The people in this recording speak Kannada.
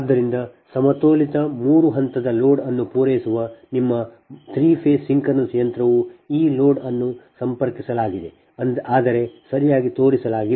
ಆದ್ದರಿಂದ ಸಮತೋಲಿತ 3 ಹಂತದ ಲೋಡ್ ಅನ್ನು ಪೂರೈಸುವ ನಿಮ್ಮ 3 ಫೇಸ್ ಸಿಂಕ್ರೊನಸ್ ಯಂತ್ರವು ಈ ಲೋಡ್ ಅನ್ನು ಸಂಪರ್ಕಿಸಲಾಗಿದೆ ಆದರೆ ಸರಿಯಾಗಿ ತೋರಿಸಲಾಗಿಲ್ಲ